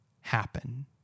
happen